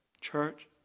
church